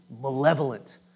malevolent